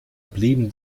blieben